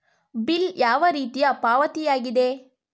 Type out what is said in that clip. Bill ಯಾವ ರೀತಿಯ ಪಾವತಿಯಾಗಿದೆ?